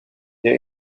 der